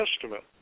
Testament